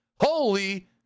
Holy